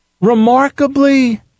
Remarkably